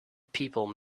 people